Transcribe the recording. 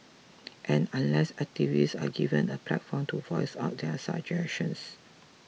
and unless activists are given a platform to voice out their suggestions